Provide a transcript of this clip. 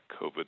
COVID